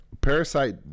Parasite